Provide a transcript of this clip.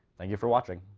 thank you for watching.